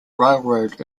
railroad